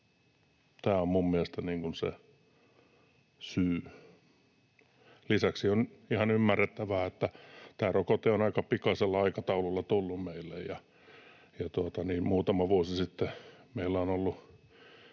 minun mielestäni se syy. Lisäksi on ihan ymmärrettävää, että kun tämä rokote on aika pikaisella aikataululla tullut meille ja muutama vuosi sitten meillä on ollut,